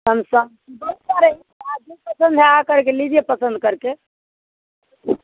Samsung बहुत सारे पसंद है आकर के लीजिए पसंद करके